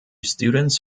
students